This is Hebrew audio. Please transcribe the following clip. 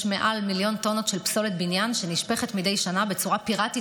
יש מעל מיליון טונות של פסולת בניין שנשפכת מדי שנה בצורה פיראטית,